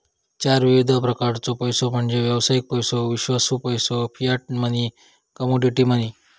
चार विविध प्रकारचो पैसो म्हणजे व्यावसायिक पैसो, विश्वासू पैसो, फियाट मनी, कमोडिटी मनी